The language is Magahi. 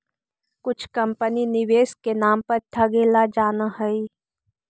कुछ कंपनी निवेश के नाम पर ठगेला जानऽ हइ